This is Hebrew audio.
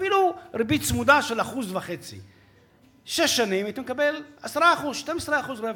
אפילו ריבית צמודה של 1.5%. בתוך שש שנים הייתי מקבל 10% 12% רווח.